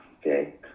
Okay